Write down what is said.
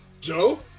Joe